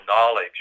knowledge